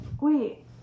Wait